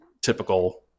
typical